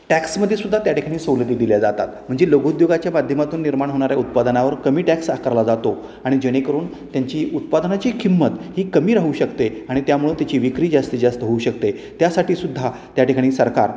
टॅक्समध्येसुद्धा त्या ठिकाणी सवलती दिल्या जातात म्हणजे लघुउद्योगाच्या माध्यमातून निर्माण होणारे उत्पादनावर कमी टॅक्स आकारला जातो आणि जेणेकरून त्यांची उत्पादनाची किंमत ही कमी राहू शकते आणि त्यामुळं तिची विक्री जास्तीत जास्त होऊ शकते त्यासाठीसुद्धा त्या ठिकाणी सरकार